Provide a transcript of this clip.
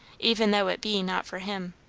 even though it be not for him.